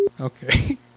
Okay